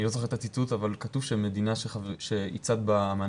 אני לא זוכר את הציטוט אבל כתוב שמדינה שהיא צד לאמנה